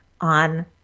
on